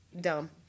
dumb